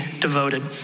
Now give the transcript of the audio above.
devoted